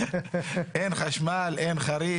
בשביל מה אנשים במיוחד בערים שהן במצב סוציו-אקונומי גבוה,